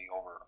over